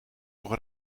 nog